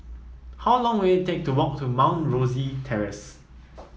how long will it take to walk to Mount Rosie Terrace